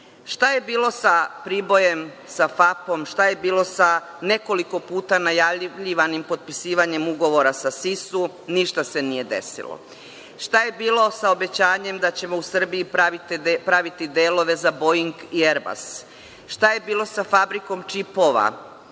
je bilo sa Pribojem, sa FAP-om, šta je bilo sa nekoliko puta najavljivanim potpisivanjem ugovora sa SIS-u? Ništa se nije desilo. Šta je bilo sa obećanjem da ćemo u Srbiji praviti delove za „Boing“ i „Erbas“? Šta je bilo sa fabrikom čipova,